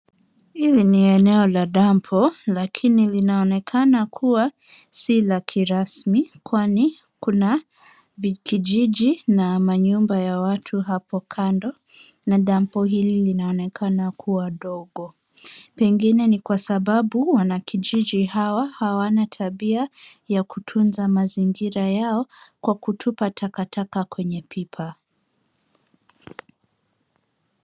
Hili ni eneo la dump lakini linaonekana kuwa si la kirasmi kwani kuna kijiji na manyumba ya watu hapo kando na dump hili linaonekana kuwa dogo. Pengine ni kwa sababu wanakijiji hao hawana tabia ya kutunza mazingira yao kwa kutupa takataka kwenye pipa.